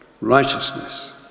Righteousness